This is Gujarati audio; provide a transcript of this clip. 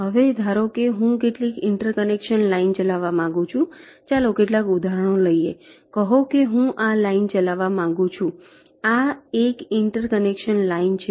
હવે ધારો કે હું કેટલીક ઇન્ટરકનેક્શન લાઇન ચલાવવા માંગુ છું ચાલો કેટલાક ઉદાહરણો લઈએ કહો કે હું આ લાઇન ચલાવવા માંગુ છું આ 1 ઇન્ટરકનેક્શન લાઇન છે